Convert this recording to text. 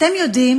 אתם יודעים